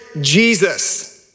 Jesus